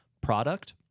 product